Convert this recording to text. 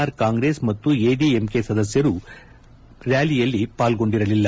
R Congress ಮತ್ತು ಎಡಿಎಂಕೆ ಸದಸ್ನರು ಪಾಲ್ಗೊಂಡಿರಲಿಲ್ಲ